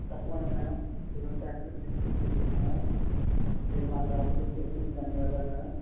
తప్పకుండా మేడం ఇవి ప్యాక్ చేసినవి చూసుకొని తీసుకోండి మేడం మీరు మా షాప్కి వచ్చినందుకు ధన్యవాదాలు మేడం